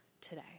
today